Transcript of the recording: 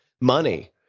money